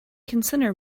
consider